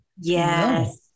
Yes